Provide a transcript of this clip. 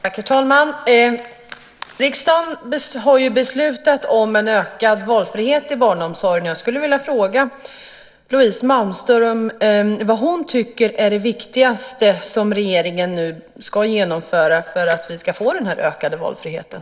Herr talman! Riksdagen har ju beslutat om en ökad valfrihet i barnomsorgen. Jag skulle vilja fråga Louise Malmström vad hon tycker är det viktigaste för regeringen att genomföra för att vi ska få den ökade valfriheten.